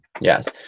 Yes